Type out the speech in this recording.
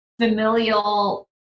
familial